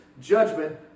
judgment